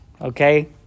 okay